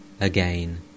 Again